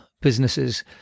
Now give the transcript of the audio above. businesses